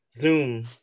Zoom